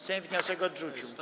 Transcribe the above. Sejm wniosek odrzucił.